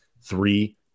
three